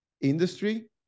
industry